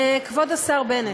כבוד השר בנט,